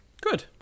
Good